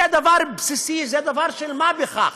זה דבר בסיסי, דבר של מה בכך.